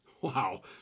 Wow